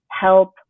help